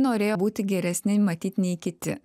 norėjo būti geresni matyt nei kiti